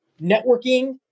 networking